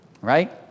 right